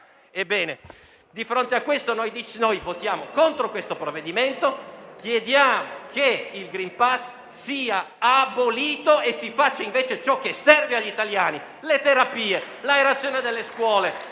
Ebbene, di fronte a questo noi votiamo contro il provvedimento in esame e chiediamo che il *green pass* sia abolito e si faccia ciò che serve agli italiani: le terapie, l'aerazione delle scuole,